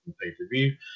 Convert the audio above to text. pay-per-view